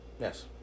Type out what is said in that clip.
Yes